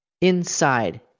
Inside